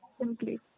simply